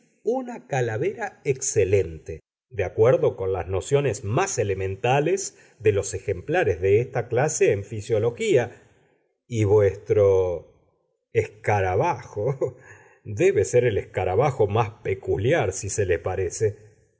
una calavera excelente de acuerdo con las nociones más elementales de los ejemplares de esta clase en fisiología y vuestro escarabajo debe ser el escarabajo más peculiar si se le parece